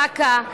זק"א,